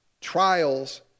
trials